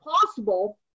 possible